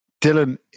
Dylan